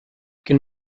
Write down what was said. can